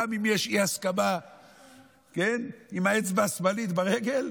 גם אם יש אי-הסכמה עם האצבע השמאלית ברגל,